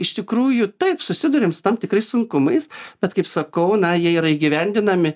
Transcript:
iš tikrųjų taip susiduriam su tam tikrais sunkumais bet kaip sakau na jie yra įgyvendinami